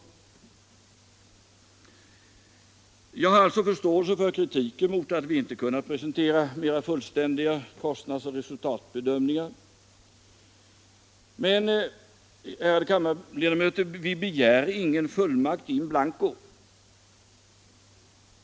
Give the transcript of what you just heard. Jag har alltså förståelse för kritiken mot att vi inte kunnat presentera mera fullständiga kostnadsoch resultatbedömningar. Men, ärade kammarledamöter, vi begär ingen fullmakt in blanko.